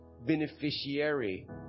beneficiary